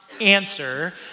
answer